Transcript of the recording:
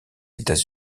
états